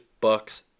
Bucks